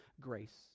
grace